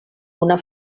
una